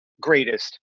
greatest